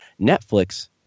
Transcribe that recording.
Netflix